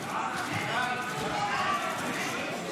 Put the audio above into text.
ההצעה להעביר לוועדה את הצעת חוק-יסוד: ישראל,